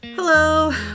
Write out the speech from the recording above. Hello